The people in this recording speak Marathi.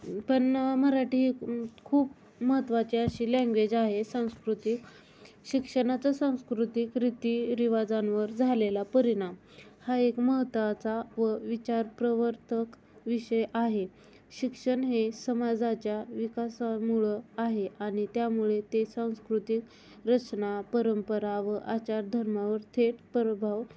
पण मराठी एक खूप महत्त्वाची अशी लँग्वेज आहे सांस्कृतिक शिक्षणाचं सांस्कृतिक रीतीरिवाजांवर झालेला परिणाम हा एक महत्त्वाचा व विचारप्रवर्तक विषय आहे शिक्षण हे समाजाच्या विकासामुळं आहे आणि त्यामुळे ते सांस्कृतिक रचना परंपरा व आचारधर्मावर थेट प्रभाव